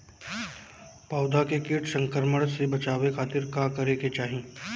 पौधा के कीट संक्रमण से बचावे खातिर का करे के चाहीं?